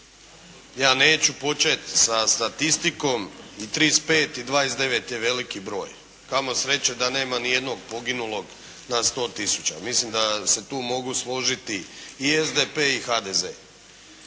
Ja neću početi sa statistikom i 35 i 29 je veliki broj. Kamo sreće da nema ni jednog poginulog na 100 tisuća. Mislim da se tu mogu složiti i SDP i HDZ.